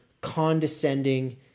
condescending